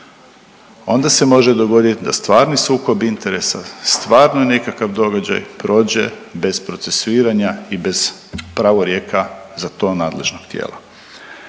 onda se može dogoditi da stvarni sukob interesa, stvarno i nekakav događaj prođe bez procesuiranja i bez pravorijeka za to nadležnog tijela.